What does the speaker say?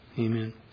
Amen